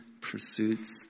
pursuits